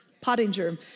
Pottinger